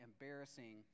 embarrassing